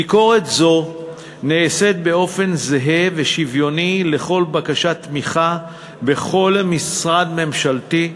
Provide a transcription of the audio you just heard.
ביקורת זו נעשית באופן זהה ושוויוני לכל בקשת תמיכה בכל משרד ממשלתי,